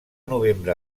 novembre